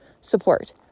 support